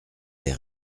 les